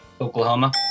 Oklahoma